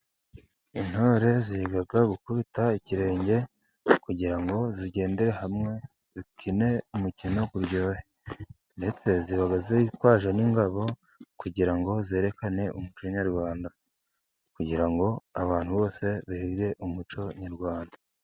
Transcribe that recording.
Intore ziga gukubita ikirenge, kugira ngo zigende hamwe, zikine umukino uryoshye, ndetse ziba zitwaje n'ingabo, kugira ngo zerekane umuco nyarwanda, kugira ngo abantu bose barebe umuco nyarwanda.